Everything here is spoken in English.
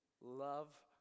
Love